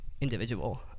individual